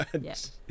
Yes